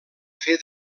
fer